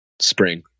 spring